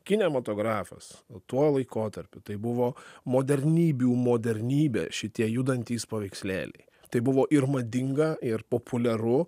kinematografas tuo laikotarpiu tai buvo modernybių modernybė šitie judantys paveikslėliai tai buvo ir madinga ir populiaru